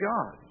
God